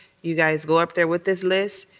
you guys go up there with this list,